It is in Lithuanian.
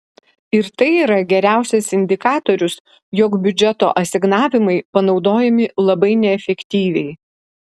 ir tai yra geriausias indikatorius jog biudžeto asignavimai panaudojami labai neefektyviai